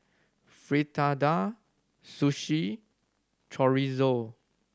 Fritada Sushi Chorizo